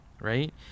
right